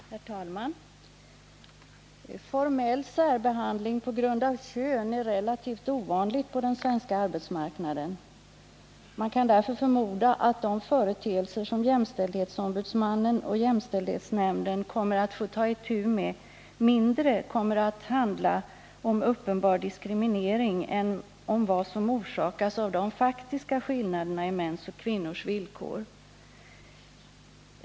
Herr talman! Formell särbehandling på grund av kön är relativt ovanlig på den svenska arbetsmarknaden. Man kan därför förmoda att de företeelser som jämställdhetsombudsmannen och jämställdhetsnämnden kommer att få ta itu med mindre handlar om uppenbar diskriminering än om vad som orsakas av de faktiska skillnaderna i mäns och kvinnors villkor.